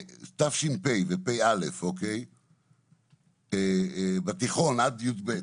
בתש"פ ותשפ"א בתיכון עד יב',